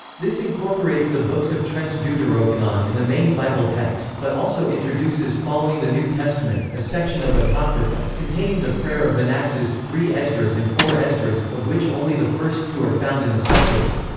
this incorporates the books of trent's deuterocanon in the main bible text but also introduces, following the new testament, a section of apocrypha, containing the prayer of manasses, three esdras and four esdras, of which only the first two are found in the septuagint.